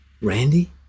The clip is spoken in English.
Randy